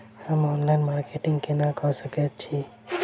हम online marketing केना कऽ सकैत छी?